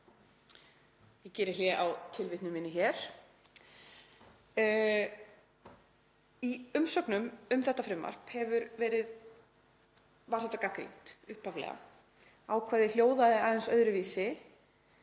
Ég geri hlé á tilvitnun minni hér. Í umsögnum um þetta frumvarp var þetta gagnrýnt upphaflega. Ákvæðið hljóðaði aðeins öðruvísi